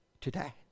today